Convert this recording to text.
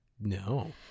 No